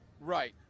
Right